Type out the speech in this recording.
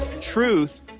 Truth